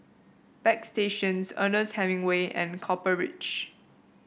Bagstationz Ernest Hemingway and Copper Ridge